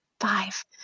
five